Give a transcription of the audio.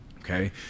Okay